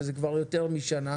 שזה כבר יותר משנה,